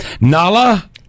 Nala